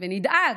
ונדאג,